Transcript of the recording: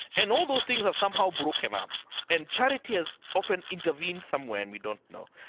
and all those things have somehow broken up, and charity has often intervened somewhere and we don't know.